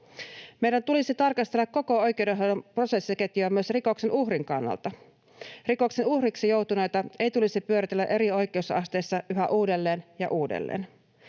Meidän tulisi tarkastella koko oikeudenhoidon prosessiketjua myös rikoksen uhrin kannalta. Rikoksen uhriksi joutuneita ei tulisi pyöritellä eri oikeusasteissa yhä uudelleen ja uudelleen.